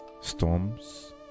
storms